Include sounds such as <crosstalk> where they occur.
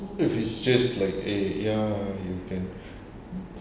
if it's just like eh ya you can <breath>